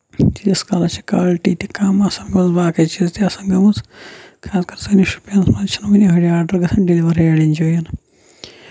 تیٖتِس کالَس چھُ کالٹی کَم آسان گٔمٕژ باقٕے چیٖز تہِ آسان گٔمٕژ خاص کر سٲنِس شُپیانَس منٛز چھُ ؤنۍ آرڈر گژھان ڈیلِور اَڈین جاین